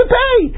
pay